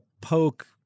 poke –